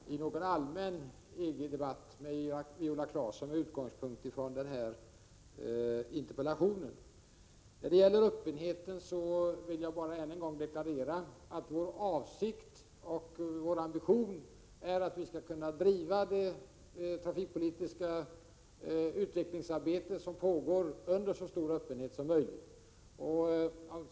Herr talman! Jag vet inte om transportpolitiken är den lämpligaste utgångspunkten för en allmän EG-debatt. Jag har i varje fall inte tänkt ge mig in i någon sådan allmän debatt med Viola Claesson med utgångspunkt i interpellationen. När det gäller öppenheten vill jag bara än en gång deklarera att vår avsikt och vår ambition är att vi skall kunna driva det trafikpolitiska utvecklingsarbete som pågår under så stor öppenhet som möjligt.